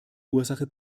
ursache